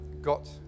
got